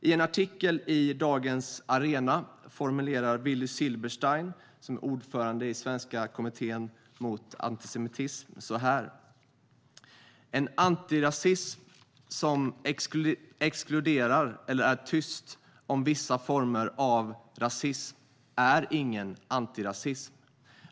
I en artikel i Dagens Arena formulerar sig Willy Silberstein, som är ordförande i Svenska kommittén mot antisemitism, så här: "En antirasism som exkluderar eller är tyst om vissa former av rasism är ingen antirasism.